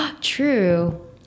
True